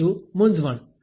બીજું મૂંઝવણ